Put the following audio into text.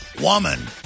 woman